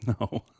no